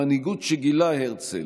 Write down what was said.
המנהיגות שגילה הרצל,